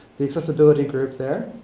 the accessibility group there.